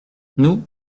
nous